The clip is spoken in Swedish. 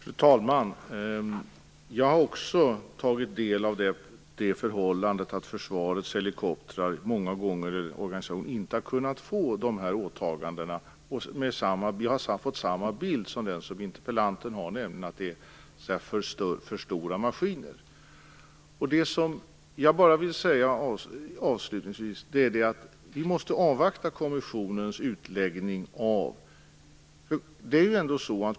Fru talman! Jag har också tagit del av det förhållandet att försvarets organisation inte har kunnat få dessa åtaganden. Jag har fått samma bild som interpellanten har, nämligen att det beror på att det är för stora maskiner. Avslutningsvis vill jag säga att vi måste avvakta kommissionens utläggning av detta.